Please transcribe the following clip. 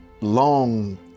long